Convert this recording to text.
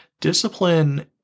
Discipline